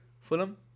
Fulham